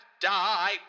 Die